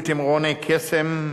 בתמרוני קסם,